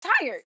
Tired